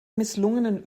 misslungenen